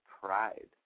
pride